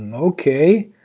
ah okay,